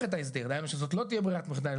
את ההסדר למצב שבו זאת לא תהיה ברירת מחדל,